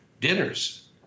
dinners